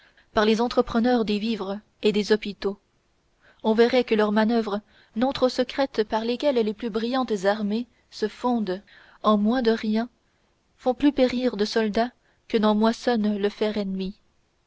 par les entrepreneurs des vivres et des hôpitaux on verrait que leurs manœuvres non trop secrètes par lesquelles les plus brillantes armées se fondent en moins de rien font plus périr de soldats que n'en moissonne le fer ennemi